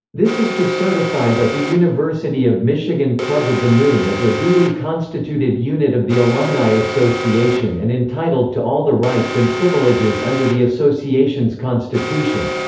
this is to certify that the university of michigan club of the moon is a duly constituted unit of the alumni association and entitled to all the rights and privileges under the association's constitution.